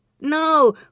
No